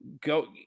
Go